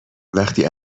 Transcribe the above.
وقتی